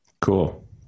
Cool